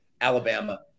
Alabama